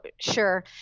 Sure